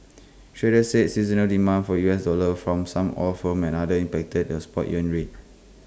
traders said seasonal demand for U S dollar from some oil firms and other impacted the spot yuan rate